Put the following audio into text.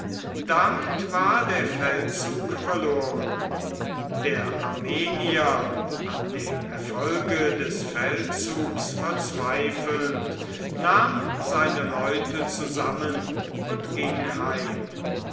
damit war der feldzug verloren der armenier an dem erfolge des feldzugs verzweifelnd nahm seine leute zusammen und ging heim